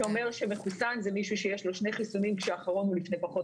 אומר שמחוסן זה מישהו שיש לו שני חיסונים כשהאחרון הוא לפני פחות